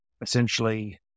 essentially